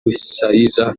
bushayija